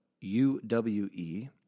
U-W-E